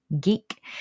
geek